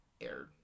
Air